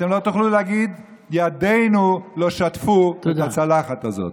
אתם לא תוכלו להגיד: ידינו לא שטפו את הצלחת הזאת.